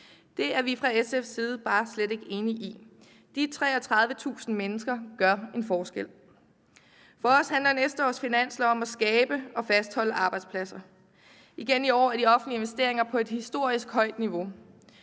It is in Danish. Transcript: Det er vi fra SF's side bare slet ikke enige i. De 33.000 mennesker gør en forskel. Kl. 14:19 For os handler næste års finanslov om at skabe og fastholde arbejdspladser. Igen i år er de offentlige investeringer på et historisk højt niveau.